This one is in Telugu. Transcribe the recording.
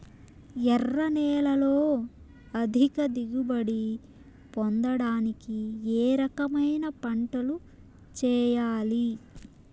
ఎర్ర నేలలో అధిక దిగుబడి పొందడానికి ఏ రకమైన పంటలు చేయాలి?